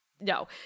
no